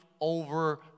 over